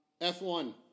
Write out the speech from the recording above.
F1